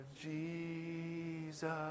Jesus